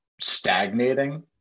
stagnating